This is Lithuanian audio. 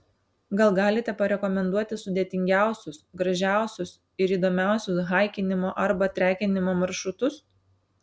gal galite parekomenduoti sudėtingiausius gražiausius ir įdomiausius haikinimo arba trekinimo maršrutus